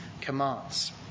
commands